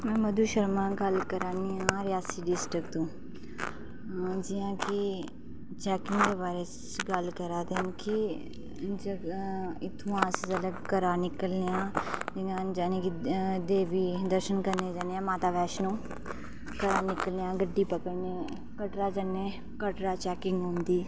मैं मधु शर्मा गल्ल करां नी आं रियासी डिस्ट्रिक्ट तूं जियां कि चैकिंग दे बारे च गल्ल करा दे न कि इत्थुआं अस जेल्लै घरां निकलने आं इयां यानि कि देवी दर्शन करने गी जन्ने आं माता वैष्णो घरा निकलने आं गड्डी पकड़ने आं कटड़ा जन्ने कटड़ा चैकिंग होंदी